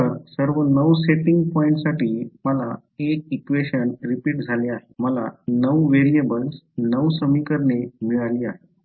तर सर्व 9 टेस्टिंग पॉईंट्ससाठी मला 1 इक्वेशन रिपीट झाले आहे मला नऊ व्हेरिएबल्स नऊ समीकरणे मिळाली